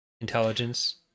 intelligence